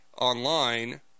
online